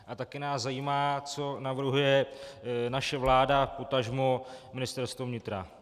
A také nás zajímá, co navrhuje naše vláda, potažmo Ministerstvo vnitra.